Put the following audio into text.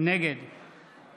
נגד